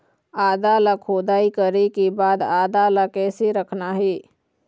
आदा ला खोदाई करे के बाद आदा ला कैसे रखना हे?